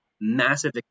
massive